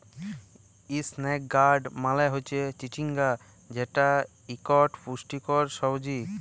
ইসনেক গাড় মালে হচ্যে চিচিঙ্গা যেট ইকট পুষ্টিকর সবজি